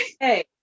hey